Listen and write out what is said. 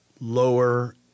lower